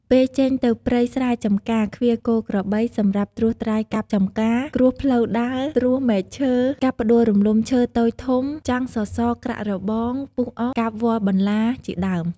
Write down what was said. ពេលចេញទៅព្រៃស្រែចម្ការ ឃ្វាលគោក្របី សម្រាប់ត្រួសត្រាយកាប់ចម្ការ គ្រួសផ្លូវដើរ ត្រួសមែកឈើ កាប់ផ្ដួលរលំឈើតូចធំ ចាំងសសរក្រាក់របង ពុះអុស កាប់វល្លិ៍បន្ទា ជាដើម ។